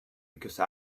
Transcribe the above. because